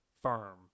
Firm